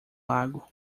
lago